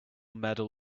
medal